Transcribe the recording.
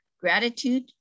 Gratitude